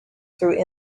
through